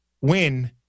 win